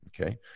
Okay